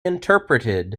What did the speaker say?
interpreted